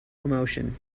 emotion